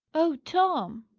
oh, tom,